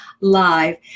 live